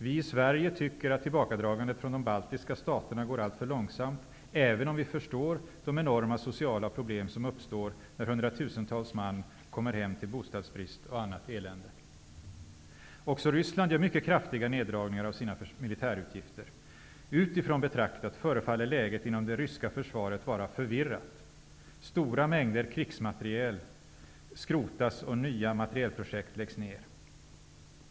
Vi i Sverige tycker att tillbakadragandet från de baltiska staterna går alltför långsamt, även om vi förstår de enorma sociala problem som uppstår när hundratusentals man kommer hem till bostadsbrist och annat elände. Också Ryssland gör mycket kraftiga neddragningar av sina militärutgifter. Utifrån betraktat förefaller läget inom det ryska försvaret vara förvirrat. Stora mängder krigsmateriel skrotas och nya materielprojekt läggs ned.